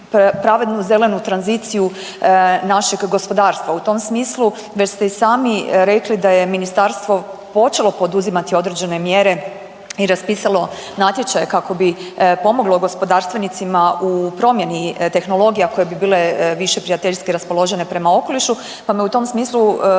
pravednu zelenu tranziciju našeg gospodarstva. U tom smislu već ste i sami rekli da je ministarstvo počelo poduzimati određene mjere i raspisalo natječaje kako bi pomoglo gospodarstvenicima u promjeni tehnologija koje bi bile više prijateljski raspoložene prema okolišu, pa me u tom smislu zanima